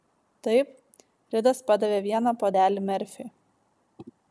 taip ridas padavė vieną puodelį merfiui